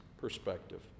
perspective